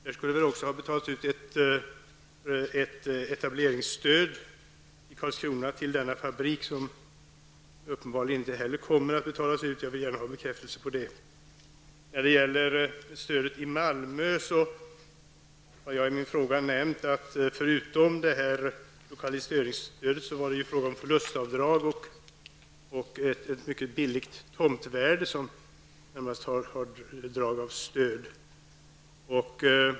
Det skulle också ha betalats ut ett etableringsstöd till denna fabrik i Karlskrona, vilket uppenbarligen inte heller kommer att utbetalas. Jag vill gärna ha en bekräftelse på detta. I min fråga nämnde jag att förutom lokaliseringsstödet till Malmö, var det fråga om förlustavdrag och ett mycket lågt tomtpris, som närmast också har drag av stöd.